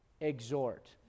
exhort